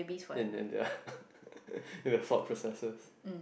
and then their their thought processes